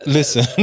Listen